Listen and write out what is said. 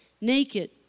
naked